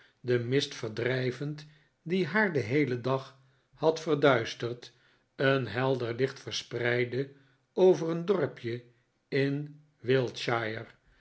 den mist verdrijvend die haar den heelen dag had verduisterd een helder licht verspreidde over een dorpje in